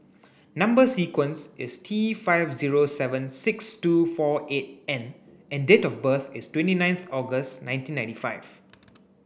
number sequence is T five zero seven six two four eight N and date of birth is twenty ninth August nineteen ninety five